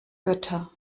götter